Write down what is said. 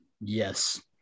Yes